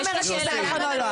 אני לא אומרת שזה נכון או לא,